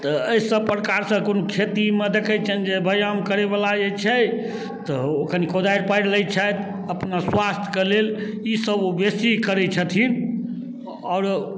तऽ एहिसब प्रकारसँ कोनो खेतीमे देखै छिअनि जे व्यायाम करैवला जे छै तऽ ओ कनि कोदारि पाड़ि लै छथि अपना स्वास्थ्यके लेल ईसब ओ बेसी करै छथिन आओर